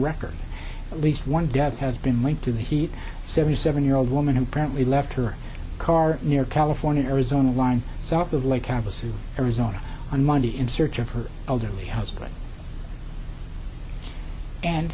record at least one death has been linked to the heat seventy seven year old woman apparently left her car near california arizona line south of lake campus's arizona on monday in search of her elderly husband and